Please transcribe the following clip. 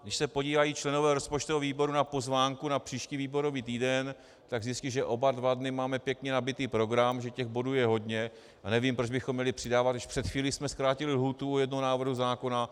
Když se podívají členové rozpočtového výboru na pozvánku na příští výborový týden, tak zjistí, že oba dva dny máme pěkně nabitý program, že těch bodů je hodně, a nevím, proč bychom měli přidávat, když před chvílí jsme zkrátili lhůtu u jednoho návrhu zákona.